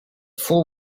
fool